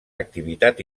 activitat